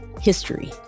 history